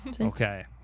Okay